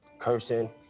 Cursing